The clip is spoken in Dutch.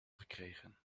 gekregen